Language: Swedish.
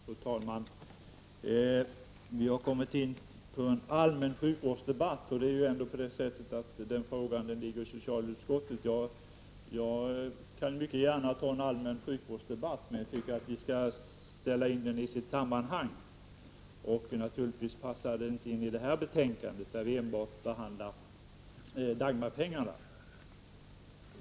Fru talman! Vi har kommit in i en allmän sjukvårdsdebatt. Men sjukvården i allmänhet ligger inom socialutskottets ansvarsområde. Jag skulle gärna föra en allmän sjukvårdsdebatt, men jag tycker att en sådan skall föras i sitt rätta sammanhang. Och en sådan debatt passar inte in när vi diskuterar detta betänkande, som handlar om Dagmarpengarna.